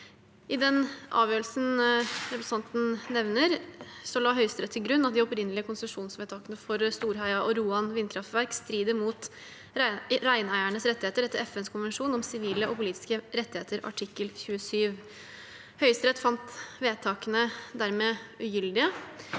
I den avgjørelsen representanten nevner, la Høyesterett til grunn at de opprinnelige konsesjonsvedtakene for Storheia og Roan vindkraftverk strider mot reineiernes rettigheter etter FNs konvensjon om sivile og politiske rettigheter, artikkel 27. Høyesterett fant dermed vedtakene ugyldige.